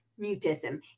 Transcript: mutism